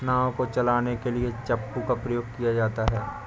नाव को चलाने के लिए चप्पू का प्रयोग किया जाता है